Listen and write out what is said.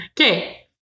Okay